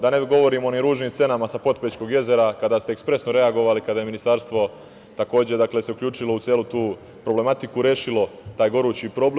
Da ne govorim o onim ružnim scenama sa Potpećkog jezera kada ste ekspresno reagovali kada je Ministarstvo, takođe se uključilo u celu tu problematiku, rešilo taj gorući problem.